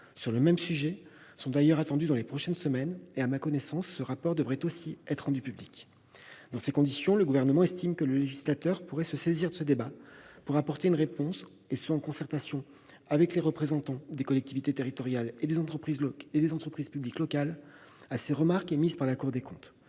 nationale, sont d'ailleurs attendues dans les prochaines semaines. À ma connaissance, ce rapport devrait aussi être rendu public. Dans ces conditions, le Gouvernement estime que le législateur pourrait se saisir de ce débat pour apporter une réponse, en concertation avec les représentants des collectivités territoriales et des entreprises publiques locales, à ces remarques émises par la Cour des comptes.